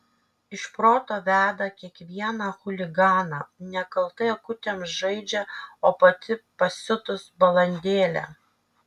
iš proto veda kiekvieną chuliganą nekaltai akutėm žaidžia o pati pasiutus balandėlė